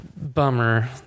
bummer